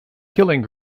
killing